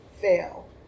fail